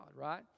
right